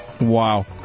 Wow